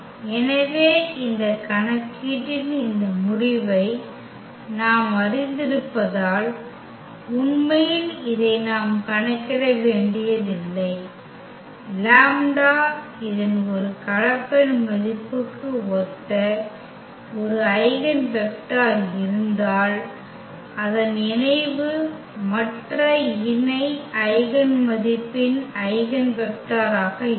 எனவே இந்த கணக்கீட்டின் இந்த முடிவை நாம் அறிந்திருப்பதால் உண்மையில் இதை நாம் கணக்கிட வேண்டியதில்லை λ இதன் ஒரு கலப்பெண் மதிப்புக்கு ஒத்த ஒரு ஐகென் வெக்டர் இருந்தால் அதன் இணைவு மற்ற இணை ஐகென் மதிப்பின் ஐகென் வெக்டராக இருக்கும்